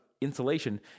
insulation